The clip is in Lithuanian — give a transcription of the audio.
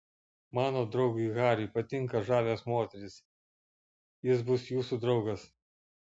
mano draugui hariui patinka žavios moterys jis bus jūsų draugas